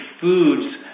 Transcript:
foods